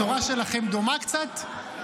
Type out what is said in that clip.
התורה שלכם דומה קצת?